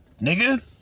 nigga